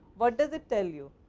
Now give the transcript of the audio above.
what does it tell you?